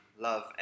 love